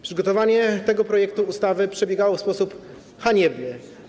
Przygotowanie tego projektu ustawy przebiegało w sposób haniebny.